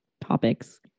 topics